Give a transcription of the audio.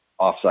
offsite